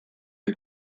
eux